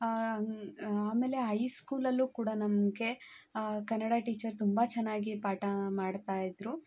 ಆಮೇಲೆ ಹೈಸ್ಕೂಲಲ್ಲು ಕೂಡ ನಮಗೆ ಕನ್ನಡ ಟೀಚರ್ ತುಂಬ ಚೆನ್ನಾಗಿ ಪಾಠ ಮಾಡ್ತಾ ಇದ್ದರು